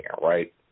right